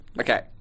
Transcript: Okay